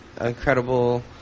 Incredible